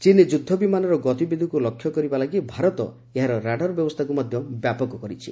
ଚୀନ୍ ଯୁଦ୍ଧ ବିମାନର ଗତିବିଧିକୁ ଲକ୍ଷ୍ୟ କରିବା ଲାଗି ଭାରତ ଏହାର ର୍ୟାଡାର ବ୍ୟବସ୍ଥାକୁ ମଧ୍ୟ ବ୍ୟାପକ କରିଛି